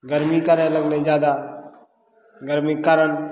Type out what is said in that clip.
गर्मी करय लगलय जादा गर्मीके कारण